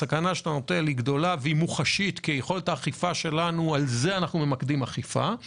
הסכנה שאתה מהווה היא גדולה והיא מחושית כי על זה אנחנו ממקדים אכיפה,